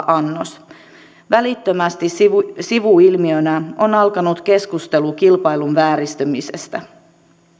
annos välittömästi sivuilmiönä on alkanut keskustelu kilpailun vääristymisestä